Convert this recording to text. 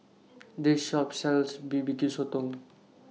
This Shop sells B B Q Sotong